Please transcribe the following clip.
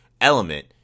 element